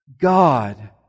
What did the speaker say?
God